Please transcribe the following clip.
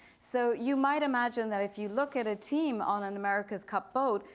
so you might imagine that if you look at a team on an america's cup boat,